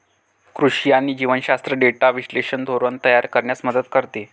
कृषी आणि जीवशास्त्र डेटा विश्लेषण धोरण तयार करण्यास मदत करते